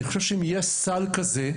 אני חושב שאם יהיה סל כזה,